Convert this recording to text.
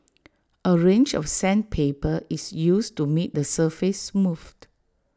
A range of sandpaper is used to make the surface smooth